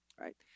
right